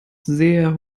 sehr